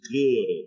good